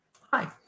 hi